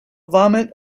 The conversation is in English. vomit